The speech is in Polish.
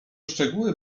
szczegóły